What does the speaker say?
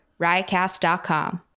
riotcast.com